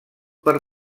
per